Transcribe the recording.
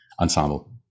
ensemble